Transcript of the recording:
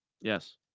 Yes